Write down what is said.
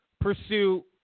pursue